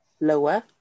lower